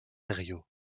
herriot